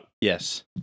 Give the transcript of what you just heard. Yes